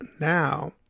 now